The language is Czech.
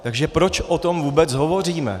Takže proč o tom vůbec hovoříme.